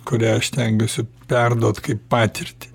kurią aš stengiuosi perduot kaip patirtį